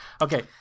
Okay